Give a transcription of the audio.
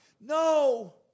No